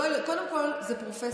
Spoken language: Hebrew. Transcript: קודם כול, זאת פרופסיה.